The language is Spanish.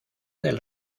del